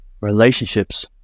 relationships